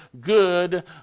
good